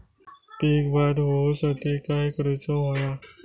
पीक वाढ होऊसाठी काय करूक हव्या?